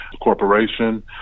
Corporation